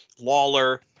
Lawler